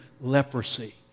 leprosy